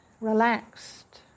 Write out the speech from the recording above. relaxed